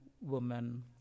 woman